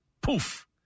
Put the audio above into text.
Poof